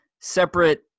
separate